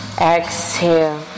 exhale